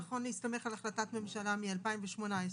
זה לא נכון להסתמך על החלטת ממשלה משנת 2018,